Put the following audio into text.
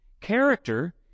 Character